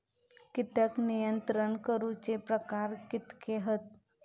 कीटक नियंत्रण करूचे प्रकार कितके हत?